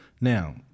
Now